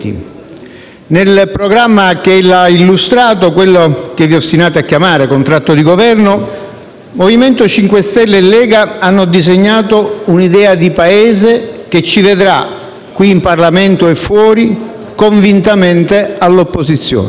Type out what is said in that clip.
Nel programma che ella ha illustrato - quello vi ostinate a chiamare contratto di Governo - MoVimento 5 Stelle e Lega hanno disegnato un'idea di Paese che ci vedrà, qui in Parlamento e fuori, convintamente all'opposizione.